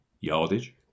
yardage